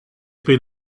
been